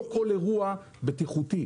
לא כל אירוע בטיחותי,